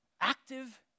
active